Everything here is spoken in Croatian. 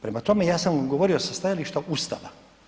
Prema tome, ja sam vam govorio sa stajališta Ustava.